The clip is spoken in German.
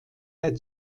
der